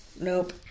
nope